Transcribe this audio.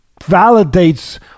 validates